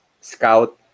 scout